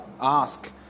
ask